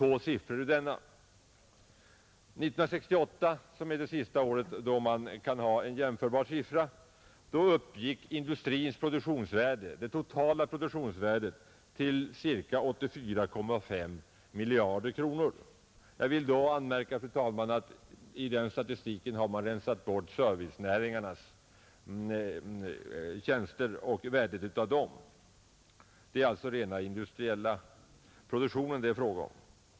År 1968, som är det senaste året med jämförbara siffror, uppgick industrins totala produktionsvärde till ca 84,5 miljarder kronor. Jag vill då anmärka att man ur den statistiken har rensat bort värdet av servicenäringarnas tjänster; det är alltså den industriella produktionen det är fråga om.